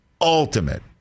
ultimate